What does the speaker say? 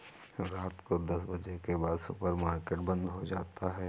रात को दस बजे के बाद सुपर मार्केट बंद हो जाता है